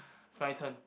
it's my turn